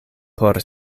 por